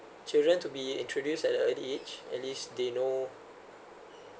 children to be introduced at early age at least they know